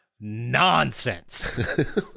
nonsense